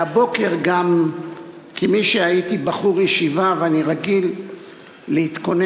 והבוקר גם כמי שהיה בחור ישיבה ואני רגיל להתכונן,